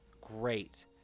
great